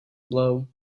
blow